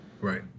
Right